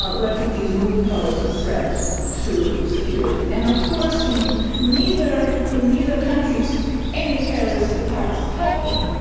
ah refugees would pose a threat to security, and of course in neither in neither countries any terrorist attacks happened.